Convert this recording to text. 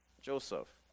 Joseph